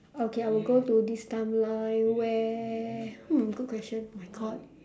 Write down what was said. okay I will go to this timeline where hmm good question oh my god